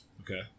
Okay